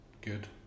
good